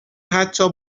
حتا